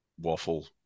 waffle